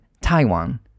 Taiwan